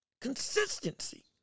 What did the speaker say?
Consistency